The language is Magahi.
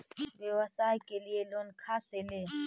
व्यवसाय के लिये लोन खा से ले?